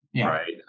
right